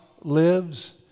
lives